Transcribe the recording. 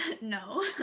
no